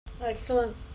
Excellent